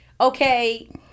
okay